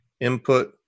input